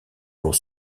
pour